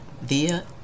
via